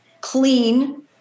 clean